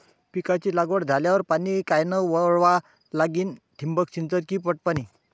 पिकाची लागवड झाल्यावर पाणी कायनं वळवा लागीन? ठिबक सिंचन की पट पाणी?